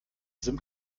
sim